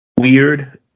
weird